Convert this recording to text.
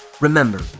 Remember